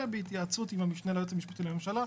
בהתייעצות עם המשנה ליועץ המשפטי לממשלה.